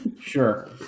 Sure